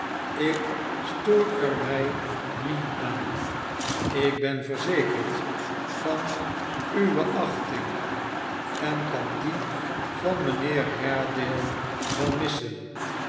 ik stoor er mij niet aan ik ben verzekerd van uwe achting en kan die van mijnheer haredale wel missen